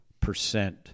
percent